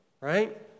Right